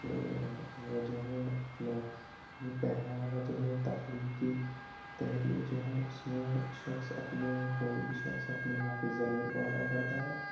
کہ وہ جو ہے اپنے یہ پہلا والا جو ہے تخلیقی تحریر جو ہے اس میں شخص اپنے کوئی بھی شخص اپنے ما فی الضمیر کو ادا کرتا ہے